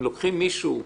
אם לוקחים מישהו,